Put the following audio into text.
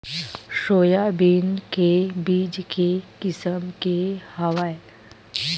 Soybean के बीज के किसम के हवय?